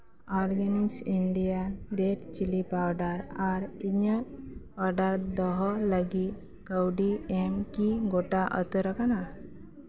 ᱟᱨ ᱩᱣᱤᱝᱥ India red chilli powder ᱟᱨ ᱤᱧᱟᱹᱜ ᱚᱨᱰᱟᱨ ᱫᱚᱦᱚ ᱞᱟᱹᱜᱤᱫ ᱠᱟᱹᱣᱰᱤ ᱮᱢ ᱠᱤ ᱜᱚᱴᱟ ᱩᱛᱟᱹᱨ ᱟᱠᱟᱱᱟ